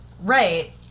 Right